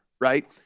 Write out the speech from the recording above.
right